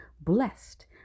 Blessed